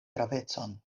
gravecon